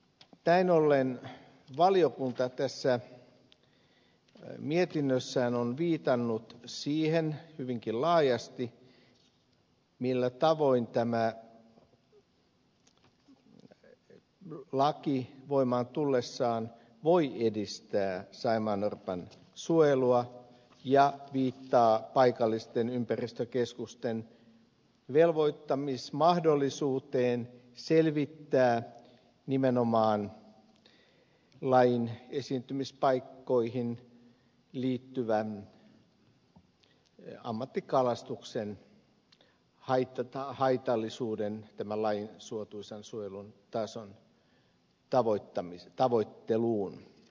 näin ollen valiokunta tässä mietinnössään on viitannut siihen hyvinkin laajasti millä tavoin tämä laki voimaan tullessaan voi edistää saimaannorpan suojelua ja viittaa paikallisten ympäristökeskusten velvoittamismahdollisuuteen selvittää nimenomaan lajin esiintymispaikkoihin liittyvän ammattikalastuksen haitallisuuden tämän lajin suotuisan suojelun tason tavoitteluun